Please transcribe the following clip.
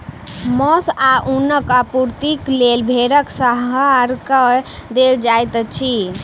मौस आ ऊनक आपूर्तिक लेल भेड़क संहार कय देल जाइत अछि